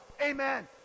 amen